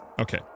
Okay